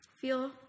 Feel